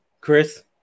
Chris